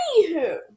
Anywho